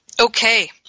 Okay